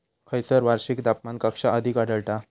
खैयसर वार्षिक तापमान कक्षा अधिक आढळता?